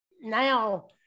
now